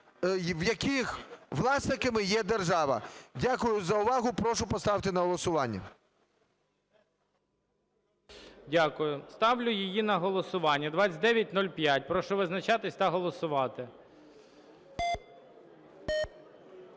в яких власниками є держава. Дякую за увагу. Прошу поставити на голосування. ГОЛОВУЮЧИЙ. Дякую. Ставлю її на голосування. 2905. Прошу визначатись та голосувати.